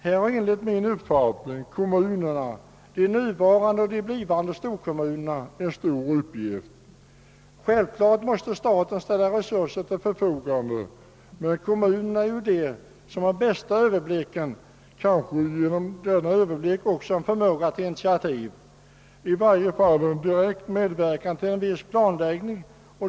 Här har enligt min uppfattning kommunerna — de nuvarande och de blivande storkommunerna — en stor uppgift. Självfallet måste staten ställa resurser till förfogande, men det är ju kommunerna som har den bästa överblicken och därigenom kanske också förmåga till initiativ och i varje fall till en direkt medverkan vid en viss planläggning.